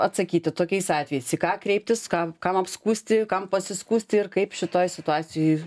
atsakyti tokiais atvejais į ką kreiptis kam kam apskųsti kam pasiskųsti ir kaip šitoj situacijoj